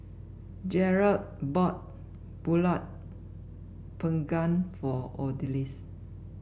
Jerrold bought pulut Panggang for Odalis